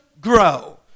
grow